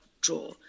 draw